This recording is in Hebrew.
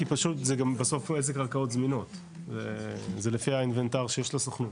כי פשוט זה גם בסוף זה קרקעות זמינות וזה לפי האינוונטר שיש לסוכנות.